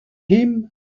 him